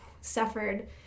suffered